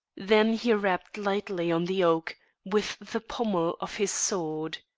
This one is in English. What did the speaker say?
then he rapped lightly on the oak with the pommel of his sword.